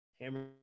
Hammer